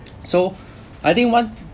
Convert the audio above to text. so I think one